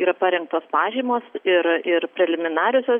yra parengtos pažymos ir ir preliminariosios